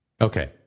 Okay